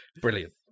brilliant